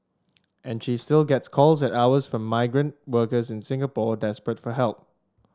and she still gets calls at hours from migrant workers in Singapore desperate for help